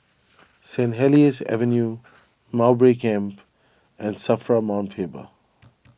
Saint Helier's Avenue Mowbray Camp and Safra Mount Faber